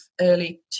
early